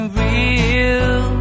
real